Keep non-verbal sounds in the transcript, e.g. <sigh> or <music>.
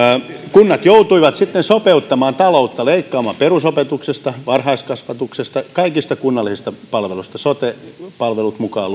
kunnat joutuivat sitten sopeuttamaan taloutta leikkaamalla perusopetuksesta varhaiskasvatuksesta kaikesta kunnallisesta palvelusta sote palvelut mukaan <unintelligible>